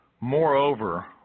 Moreover